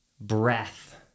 breath